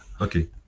Okay